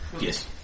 Yes